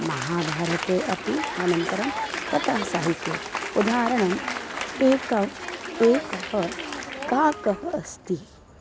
महाभारते अपि अनन्तरं कथासाहित्ये उदाहरणम् एकम् एकः काकः अस्ति